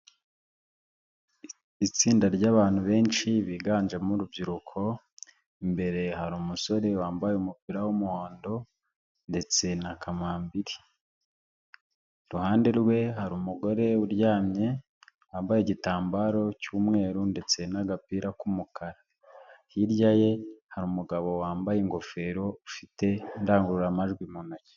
Itsinda ry'abantu benshi biganjemo urubyiruko, imbere hari umusore wambaye umupira w'umuhondo ndetse na kamambiri, iruhande rwe hari umugore uryamye wambaye igitambaro cy'umweru ndetse n'agapira k'umukara, hirya ye hari umugabo wambaye ingofero ufite indangururamajwi mu ntoki.